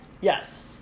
yes